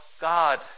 God